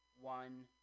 one